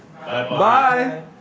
Bye